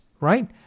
right